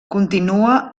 continua